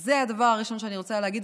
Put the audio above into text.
זה הדבר הראשון שאני רוצה להגיד,